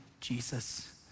Jesus